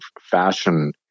fashion